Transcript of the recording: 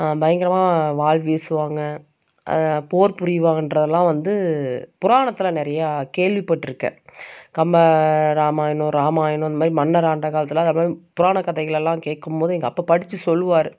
பயங்கரமாக வாள் வீசுவாங்க போர் புரியுவாங்ககிறதுலாம் வந்து புராணத்தில் நிறையா கேள்விப்பட்டிருக்கேன் கம்பராமாயணம் ராமாயணம் இந்த மாதிரி மன்னர் ஆண்ட காலத்தில் புராண கதைகளெல்லாம் கேட்கும் போது எங்கள் அப்பா படிச்சு சொல்லுவார்